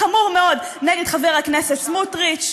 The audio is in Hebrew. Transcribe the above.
חמור מאוד נגד חבר הכנסת סמוטריץ,